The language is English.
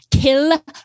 Kill